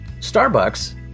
Starbucks